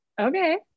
okay